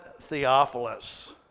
Theophilus